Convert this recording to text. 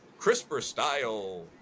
CRISPR-style